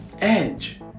edge